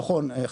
נכון.